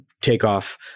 takeoff